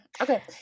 okay